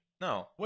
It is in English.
No